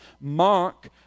Mark